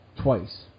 twice